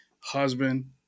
husband